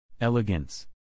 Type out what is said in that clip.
Elegance